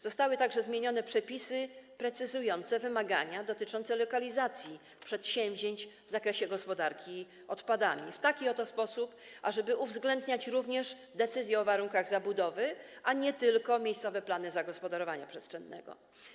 Zostały także zmienione przepisy precyzujące wymagania dotyczące lokalizacji przedsięwzięć w zakresie gospodarki odpadami w taki oto sposób, ażeby uwzględniać również decyzje o warunkach zabudowy, a nie tylko miejscowe plany zagospodarowania przestrzennego.